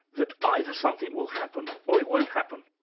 that either something will happen, or it won't happen?